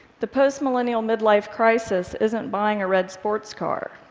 the post-millennial midlife crisis isn't buying a red sports car.